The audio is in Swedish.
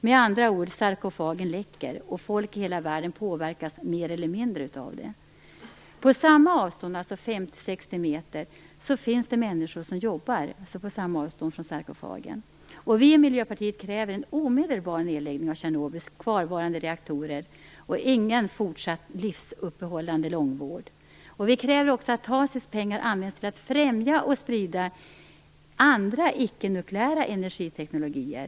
Med andra ord: Sarkofagen läcker, och folk i hela världen påverkas mer eller mindre av det. På samma avstånd från sarkofagen, alltså 50-60 m, finns människor som jobbar. Vi i Miljöpartiet kräver en omedelbar nedläggning av Tjernobyls kvarvarande reaktorer och ingen fortsatt livsuppehållande långvård. Vi kräver också att TACIS pengar används till att främja och sprida andra, icke-nukleära energiteknologier.